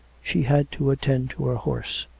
she had to attend to her horse,